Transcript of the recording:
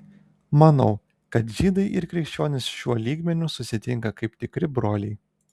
manau kad žydai ir krikščionys šiuo lygmeniu susitinka kaip tikri broliai